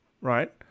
right